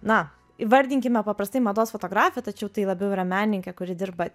na įvardinkime paprastai mados fotografė tačiau tai labiau yra menininkė kuri dirba